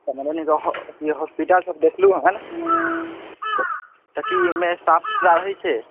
मधुबनीमे ई हॉस्पिटल सब देखलहुॅं हन तऽ की एहिमे साफ सुथरा रहै छै